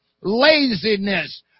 laziness